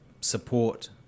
support